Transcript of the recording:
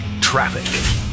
Traffic